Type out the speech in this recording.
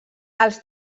els